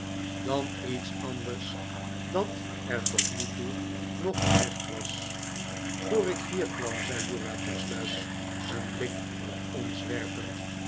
dan iets anders dat er tot nu toe nog gezegd was voor ik hier kwam zei uriah tersluiks een blik op ons werpend